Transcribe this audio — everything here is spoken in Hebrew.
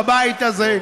בבית הזה,